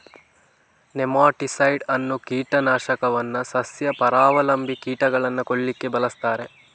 nematicide ಅನ್ನುವ ಕೀಟ ನಾಶಕವನ್ನ ಸಸ್ಯ ಪರಾವಲಂಬಿ ಕೀಟಗಳನ್ನ ಕೊಲ್ಲಿಕ್ಕೆ ಬಳಸ್ತಾರೆ